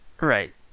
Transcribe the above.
Right